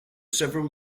several